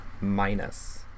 Minus